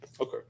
Okay